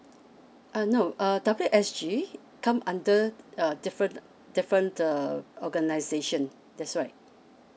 uh no uh W_S_G come under a different different uh organization that's right